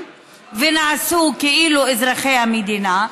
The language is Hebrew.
ונעשו כאילו אזרחי המדינה.